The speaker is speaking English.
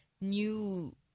new